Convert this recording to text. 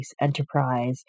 enterprise